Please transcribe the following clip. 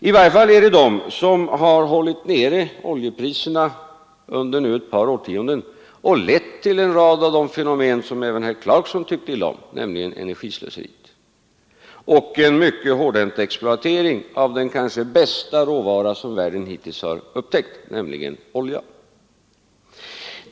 I varje fall är det dessa marknadskrafter som hållit nere oljepriserna under ett par årtionden, något som har lett till det fenomen som även herr Clarkson tyckte illa om, nämligen energislöseriet och en mycket hårdhänt exploatering av den kanske bästa råvara som världen hittills upptäckt, nämligen oljan.